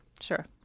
Sure